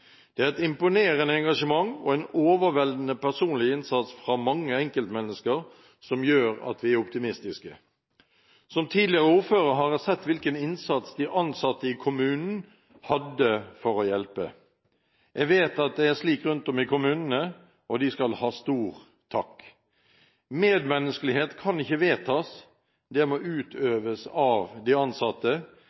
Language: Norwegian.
Det er et imponerende engasjement og en overveldende personlig innsats fra mange enkeltmennesker som gjør at vi er optimistiske. Som tidligere ordfører har jeg sett hvilken innsats de ansatte i kommunen gjorde for å hjelpe. Jeg vet at det er slik rundt om i kommunene, og de skal ha stor takk. Medmenneskelighet kan ikke vedtas, det må utøves av de ansatte,